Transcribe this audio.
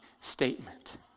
statement